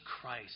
Christ